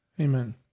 Amen